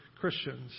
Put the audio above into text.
Christians